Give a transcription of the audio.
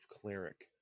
cleric